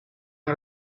las